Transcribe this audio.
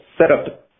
setup